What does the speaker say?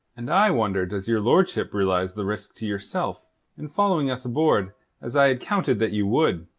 and i wonder does your lordship realize the risk to yourself in following us aboard as i had counted that you would.